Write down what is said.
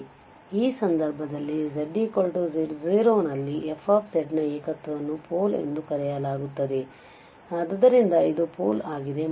ಈ ಸಂದರ್ಭದಲ್ಲಿ zz0ನಲ್ಲಿ f ನ ಏಕತ್ವವನ್ನು ಪೋಲ್ ಎಂದು ಕರೆಯಲಾಗುತ್ತದೆ ಆದ್ದರಿಂದ ಇದು ಪೋಲ್ ಆಗಿದೆ